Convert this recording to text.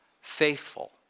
faithful